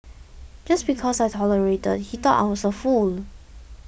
just because I tolerated he thought I was a fool